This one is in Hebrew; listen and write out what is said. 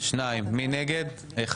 אחד, מי נגד?